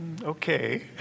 okay